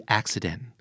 accident